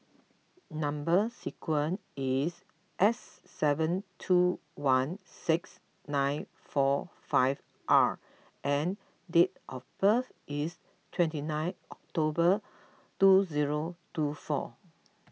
Number Sequence is S seven two one six nine four five R and date of birth is twenty nine October two zero two four